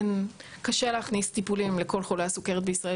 קשה להכניס טיפולים לכל חולי הסוכרת בישראל